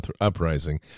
uprising